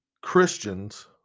Christians